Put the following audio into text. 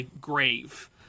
grave